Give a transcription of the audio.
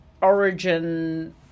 origin